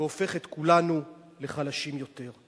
והופך את כולנו לחלשים יותר.